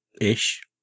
Ish